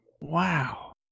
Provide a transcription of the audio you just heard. Wow